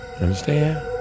Understand